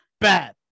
bad